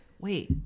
wait